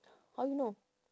how you know